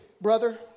Brother